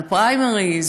על פריימריז,